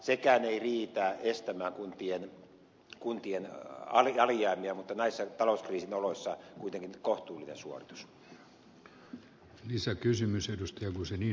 sekään ei riitä estämään kuntien alijäämiä mutta näissä talouskriisin oloissa se on kuitenkin kohtuullinen suoritus